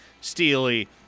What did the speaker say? Steely